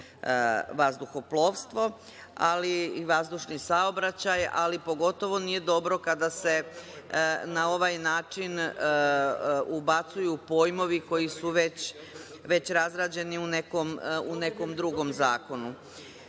vazduhoplovstvo i vazdušni saobraćaj, ali pogotovo nije dobro kada se na ovaj način ubacuju pojmovi koji su već razrađeni u nekom drugom zakonu. Pitanje